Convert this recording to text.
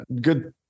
good